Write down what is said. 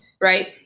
Right